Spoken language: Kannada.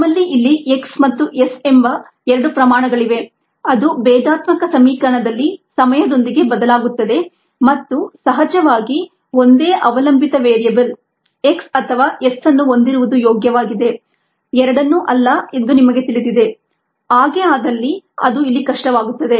ನಮ್ಮಲ್ಲಿ ಇಲ್ಲಿ x ಮತ್ತು s ಎಂಬ ಎರಡು ಪ್ರಮಾಣಗಳಿವೆ ಅದು ಭೇದಾತ್ಮಕ ಸಮೀಕರಣದಲ್ಲಿ ಸಮಯದೊಂದಿಗೆ ಬದಲಾಗುತ್ತದೆ ಮತ್ತು ಸಹಜವಾಗಿ ಒಂದೇ ಅವಲಂಬಿತ ವೇರಿಯೇಬಲ್ x ಅಥವಾ s ಅನ್ನು ಹೊಂದಿರುವುದು ಯೋಗ್ಯವಾಗಿದೆ ಎರಡನ್ನೂ ಅಲ್ಲ ಎಂದು ನಿಮಗೆ ತಿಳಿದಿದೆ ಹಾಗೆ ಆದಲ್ಲಿ ಅದು ಇಲ್ಲಿ ಕಷ್ಟವಾಗುತ್ತದೆ